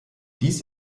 dies